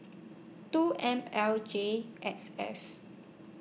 two M L J X F